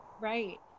right